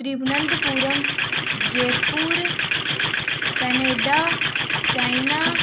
Thiruvananthapuram Jaipur Canada China